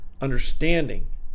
understanding